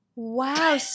Wow